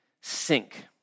sink